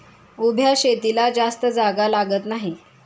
उभ्या शेतीला जास्त जागा लागत नाही